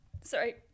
sorry